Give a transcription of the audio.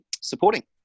supporting